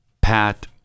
Pat